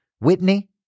Whitney